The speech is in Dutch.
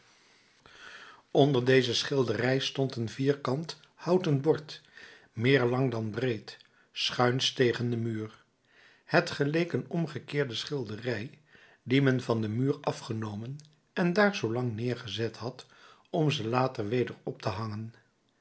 onder deze schilderij stond een vierkant houten bord meer lang dan breed schuins tegen den muur het geleek een omgekeerde schilderij die men van den muur afgenomen en daar zoolang neergezet had om ze later weder op te hangen